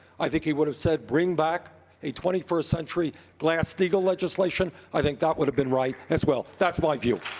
i think he would have said bring back a twenty first century glass-steagall legislation. i think that would have been right, as well. that's my view.